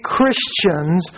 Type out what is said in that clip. Christians